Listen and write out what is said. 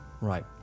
Right